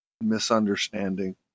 misunderstanding